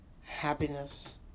happiness